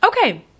okay